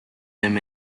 them